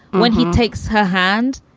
when he takes her hand,